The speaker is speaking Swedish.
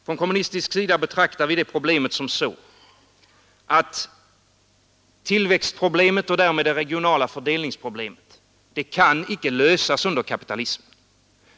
Från kommunistisk sida anser vi att tillväxtproblemet och därmed det regionala fördelningsproblemet inte kan lösas under kapitalismen.